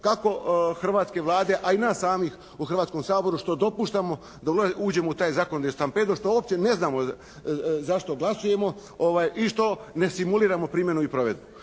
kako hrvatske Vlade, a i nas samih u Hrvatskom saboru što dopuštamo da uđemo u taj zakonodavni stampedo što uopće ne znamo zašto glasujemo i što ne simuliramo primjenu i provedbu.